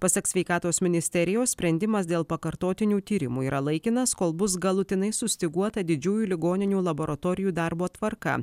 pasak sveikatos ministerijos sprendimas dėl pakartotinių tyrimų yra laikinas kol bus galutinai sustyguota didžiųjų ligoninių laboratorijų darbo tvarka